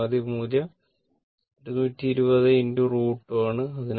പരമാവധി മൂല്യം 220 √2 ആണ്